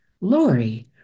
Lori